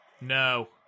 No